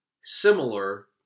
similar